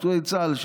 פצועי צה"ל,